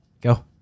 Go